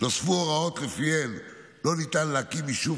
נוספו הוראות שלפיהן לא ניתן להקים יישוב